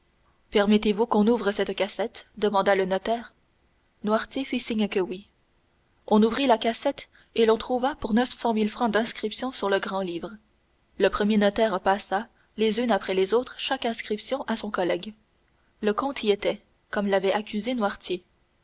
permettez-vous qu'on ouvre cette cassette demanda le notaire noirtier fit signe que oui on ouvrit la cassette et l'on trouva pour neuf cent mille francs d'inscriptions sur le grand-livre le premier notaire passa les unes après les autres chaque inscription à son collègue le compte y était comme l'avait accusé